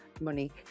money